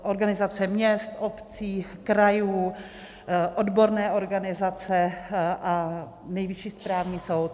Organizace měst, obcí, krajů, odborné organizace a Nejvyšší správní soud.